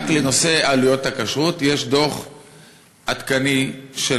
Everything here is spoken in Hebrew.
רק לנושא עלויות הכשרות יש דוח עדכני של